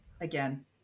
Again